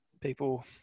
people